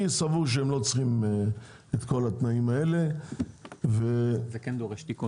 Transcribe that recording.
אני סבור שהם לא צריכים את כל התנאים האלה ו- זה כן דורש תיקון.